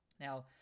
Now